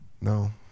No